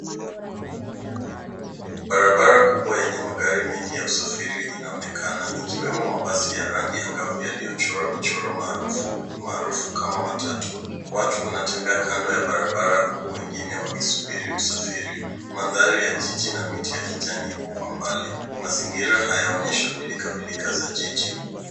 Barabara kubwa yenye magari mengi ya usafiri inaonekana ikiwemo mabasi ya rangi angavu yaliyochora michoro maarufu maarufu kama matatu. Watu wanatembea kando ya barabara huku wengine wakisubiri usafiri. Mandhari ya jiji na miti ya kijani ipo kwa mbali. Mazingira hayaonyesha pilkapilka za jiji.